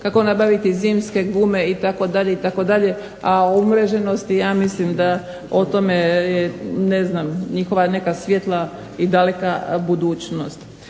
kako nabaviti zimske gume itd., itd., a o umreženosti ja mislim da o tome ne znam njihova neka svjetla i daleka budućnost.